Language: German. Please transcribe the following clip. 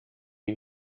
den